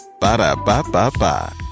Ba-da-ba-ba-ba